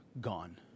gone